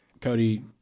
Cody